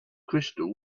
crystal